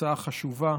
הצעה חשובה.